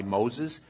Moses